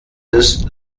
ist